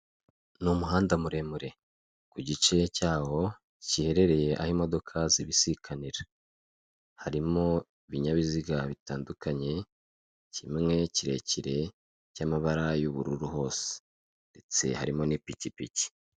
Ni umuhanda muremure. Ku gice cyawo giherereye aho imodoka zibisikanira. Harimo ibinyabiziga bitandukanye; kimwe kirekire, cy'amabara y'ubururu hose. Ndetse harimo n'ipikipiki.